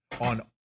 on